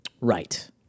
Right